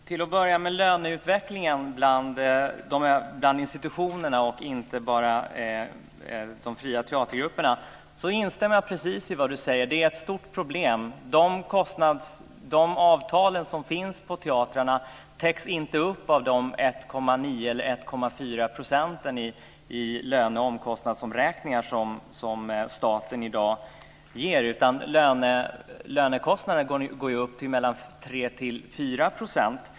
Herr talman! Lennart Kollmats tog upp frågan om löneutvecklingen på institutionerna och inte bara för de fria teatergrupperna. Jag instämmer i det som Lennart Kollmats säger. Det är ett stort problem. De avtal som finns på teatrarna täcks inte av de 1,9 eller 1,4 procenten i löne och omkostnadsomräkningar som staten i dag ger. Lönekostnaderna uppgår ju till mellan 3 och 4 %.